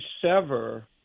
sever